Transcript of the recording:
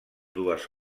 dues